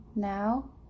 Now